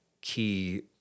key